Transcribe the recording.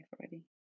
already